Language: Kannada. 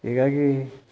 ಹೀಗಾಗಿ